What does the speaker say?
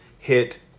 hit